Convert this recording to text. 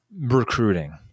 recruiting